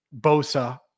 Bosa